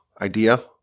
idea